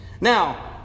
Now